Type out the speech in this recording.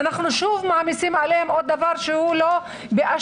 אנחנו שוב מעמיסים עליהם עוד דבר שהוא לא באשמתם.